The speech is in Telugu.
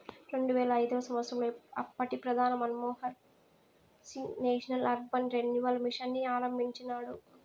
రెండువేల ఐదవ సంవచ్చరంలో అప్పటి ప్రధాని Manmohan Singh national urban renewal mission ని ఆరంభించినాడు